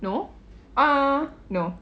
no ah no